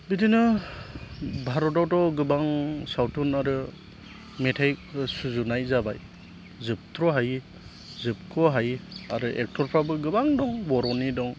बिदिनो भारतआवथ' गोबां सावथुन आरो मेथाइबो सुजुनाय जाबाय जोबथ्र' हायि जोबख' हायि आरो एक्टरफ्राबो गोबां दं बर'नि दं